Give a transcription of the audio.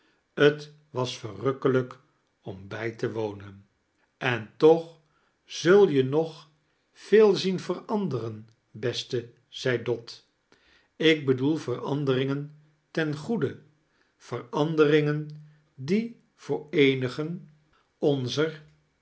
t was verrukkelijk om bij te wonen en toch zul je nog veel zien veranderen beste zei dot ik bedoel veranderingen ten goede verande ringen die voor eenigen onzer